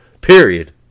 period